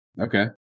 Okay